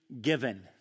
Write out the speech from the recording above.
given